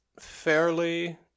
fairly